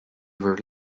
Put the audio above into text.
were